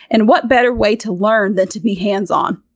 and what better way to learn than to be hands on?